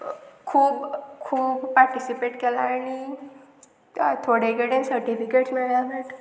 खूब खूब पार्टिसिपेट केला आनी थोडे कडेन सर्टिफिकेट्स मेळ्ळ्या मेळटा